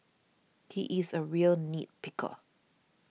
he is a real nit picker